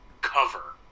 cover